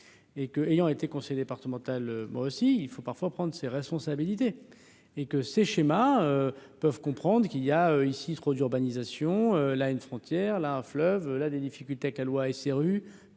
et que, ayant été conseil départemental moi aussi il faut parfois prendre ses responsabilités et que ces schémas peuvent comprendre qu'il y a ici trop d'urbanisation là une frontière là fleuve là des difficultés que la loi SRU,